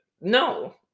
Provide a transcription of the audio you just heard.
No